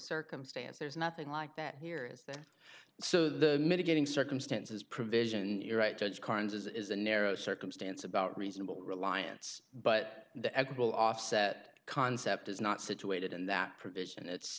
circumstance there's nothing like that here is there so the mitigating circumstances provision and you're right judge carnes is a narrow circumstance about reasonable reliance but the actual offset concept is not situated in that provision it's